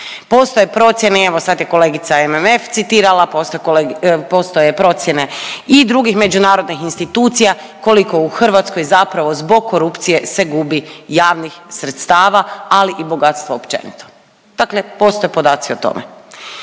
Postoje procjene, evo sad je kolegica MMF citirala, postoje kole…, postoje procjene i drugih međunarodnih institucija koliko u Hrvatskoj zapravo zbog korupcije se gubi javnih sredstava, ali i bogatstva općenito. Dakle, postoje podaci o tome.